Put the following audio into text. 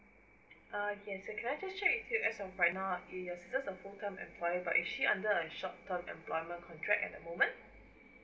uh yes can I just check with you as of right now is your sister a full time employment but is she under a short term employment contract at the moment